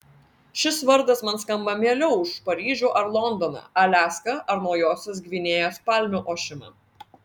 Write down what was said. šis vardas man skamba mieliau už paryžių ar londoną aliaską ar naujosios gvinėjos palmių ošimą